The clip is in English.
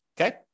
Okay